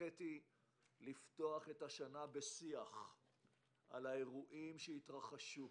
הנחיתי לפתוח את השנה בשיח על האירועים שהתרחשו.